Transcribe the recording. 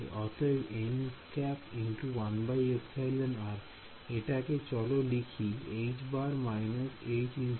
অতএব nˆ × 1εr এটাকে চলো লিখি